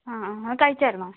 ആ ആ അത് കഴിച്ചിരുന്നോ